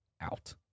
out